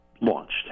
launched